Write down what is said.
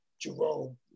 Jerome